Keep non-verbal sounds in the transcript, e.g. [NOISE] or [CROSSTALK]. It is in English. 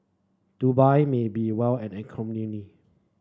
Dubai may be well an [UNINTELLIGIBLE]